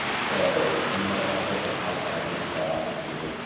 so you might have different pipelines that you set up if you're,